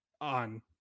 on